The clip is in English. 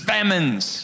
Famines